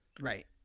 Right